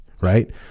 right